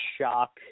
shock